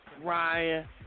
Ryan